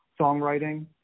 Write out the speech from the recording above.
songwriting